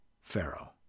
Pharaoh